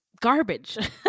garbage